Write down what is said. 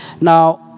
Now